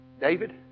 David